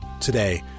Today